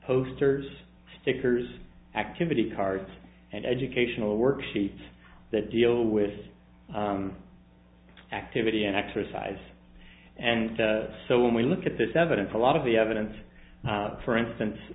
posters stickers activity cards and educational worksheets that deal with this activity and exercise and so when we look at this evidence a lot of the evidence for instance